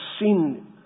sin